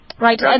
Right